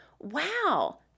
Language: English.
wow